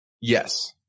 Yes